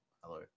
Hello